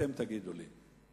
אתם תגידו לי.